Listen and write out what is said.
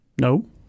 No